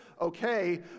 okay